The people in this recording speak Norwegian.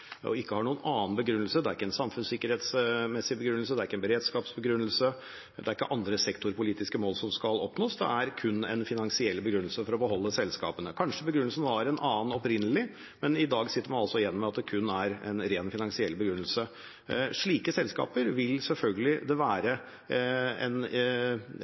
ikke har noen annen begrunnelse enn den finansielle – det er ikke en samfunnssikkerhetsmessig begrunnelse, det er ikke en beredskapsbegrunnelse, og det er ikke andre sektorpolitiske mål som skal oppnås. Det er kun en finansiell begrunnelse for å beholde selskapene. Kanskje begrunnelsen var en annen opprinnelig, men i dag sitter vi altså igjen med at det kun er en ren finansiell begrunnelse. Slike selskaper vil det selvfølgelig være